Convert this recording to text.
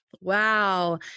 Wow